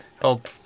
Help